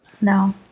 No